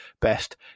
best